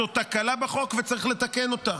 זאת תקלה בחוק וצריך לתקן אותה.